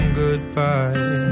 goodbye